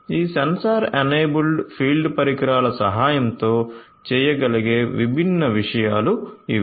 ఈ sensor enabled field పరికరాల సహాయంతో చేయగలిగే విభిన్న విషయాలు ఇవి